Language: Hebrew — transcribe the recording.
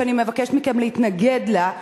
שאני מבקשת מכם להתנגד לה,